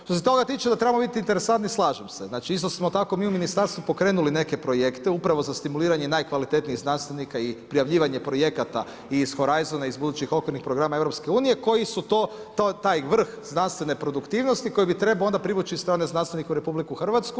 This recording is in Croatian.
Što se toga tiče da trebamo biti interesantni slažem se, znači isto smo tako mi u ministarstvu pokrenuli neke projekte upravo za stimuliranje najkvalitetnijih znanstvenika i prijavljivanje projekata i iz Horizona iz budućih okvirnih programa EU koji su taj vrh znanstvene produktivnosti koji bi trebao onda privući strane znanstvenike u RH.